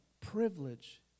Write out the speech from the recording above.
privilege